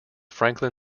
franklin